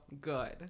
good